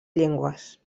llengües